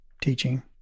teaching